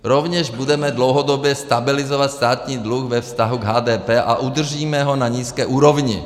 Rovněž budeme dlouhodobě stabilizovat státní dluh ve vztahu k HDP a udržíme ho na nízké úrovni.